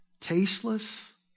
tasteless